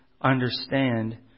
understand